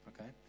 okay